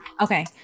okay